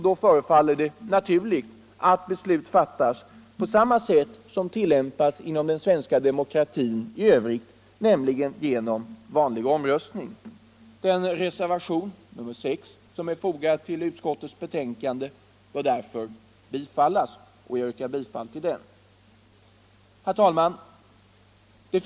Det förefaller — Vissa grundlagsfrånaturligt att beslut fattas på samma sätt som inom den svenska demo = gor kratin i övrigt, nämligen genom vanlig omröstning. Den reservation nr 6 som är fogad till utskottets betänkande bör därför bifallas, och jag yrkar bifall till den. Herr talman!